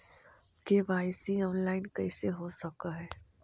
KYC online कैसे हो सक है?